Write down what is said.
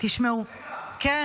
תשמעו --- רגע --- אבל הייתי פה.